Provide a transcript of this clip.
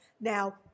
Now